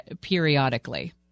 periodically